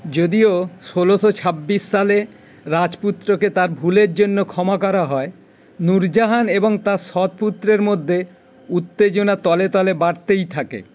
যদিও ষোলোশো ছাব্বিশ সালে রাজপুত্রকে তার ভুলের জন্য ক্ষমা করা হয় নুরজাহান এবং তার সৎ পুত্রের মদ্যে উত্তেজনা তলে তলে বাড়তেই থাকে